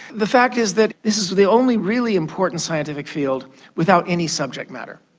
the fact is that this is the only really important scientific field without any subject matter.